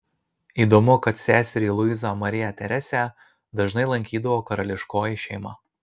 įdomu kad seserį luizą mariją teresę dažnai lankydavo karališkoji šeima